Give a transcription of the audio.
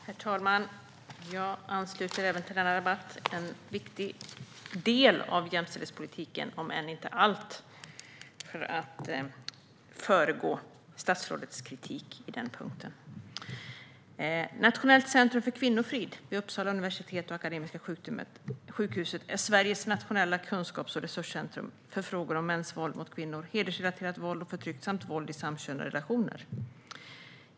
Herr talman! Jag ansluter mig även till denna debatt. Det är en viktig del av jämställdhetspolitiken, om än inte allt. Det säger jag för att förekomma statsrådets kritik på den punkten. Nationellt centrum för kvinnofrid vid Uppsala universitet och Akademiska sjukhuset är Sveriges nationella kunskaps och resurscentrum för frågor om mäns våld mot kvinnor, hedersrelaterat våld och förtryck samt våld i samkönade relationer.